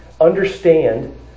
understand